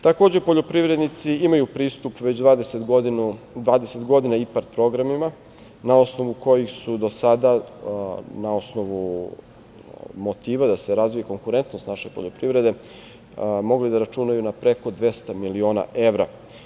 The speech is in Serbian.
Takođe, poljoprivrednici imaju pristup već 20 godina IPARD programima, na osnovu kojih su do sada na osnovu motiva da se razvije konkurentnost naše poljoprivrede mogli da računaju na preko 200 miliona evra.